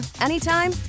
anytime